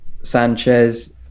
Sanchez